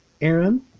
Aaron